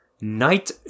Night